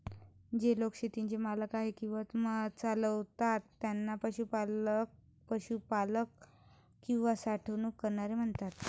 जे लोक शेतीचे मालक आहेत किंवा चालवतात त्यांना पशुपालक, पशुपालक किंवा साठवणूक करणारे म्हणतात